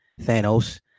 Thanos